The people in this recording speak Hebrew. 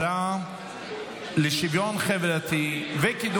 ברוך השם, ברוך השם שזכיתי לקבל מחמאות כאלה